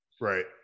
right